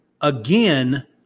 again